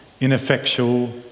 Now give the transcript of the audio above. ineffectual